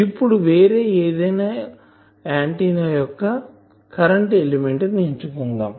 ఇప్పుడు వేరే ఏదైనా ఆంటిన్నా యొక్క కరెంటు ఎలిమెంట్ ని ఎంచుకుందాం